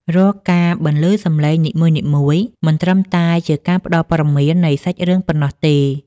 រាល់ការបន្លឺសំឡេងនីមួយៗ មិនត្រឹមតែជាការផ្ដល់ពត៌មាននៃសាច់រឿងប៉ុណ្ណោះទេ។